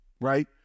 Right